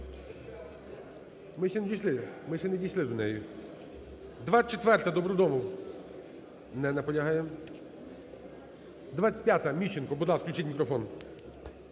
Ми ще не дійшли до неї. 24-а, Добродомов. Не наполягає. 25-а, Міщенко. Будь ласка, включіть мікрофон.